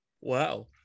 wow